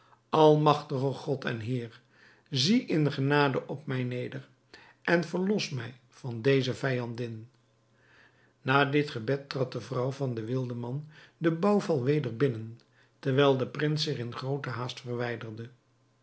almagtig god en heer zie in genade op mij neder en verlos mij van deze vijandin na dit gebed trad de vrouw van den wildenman den bouwval weder binnen terwijl de prins zich in groote haast verwijderde